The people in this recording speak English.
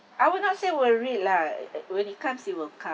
I would not say worry lah uh when it comes it will come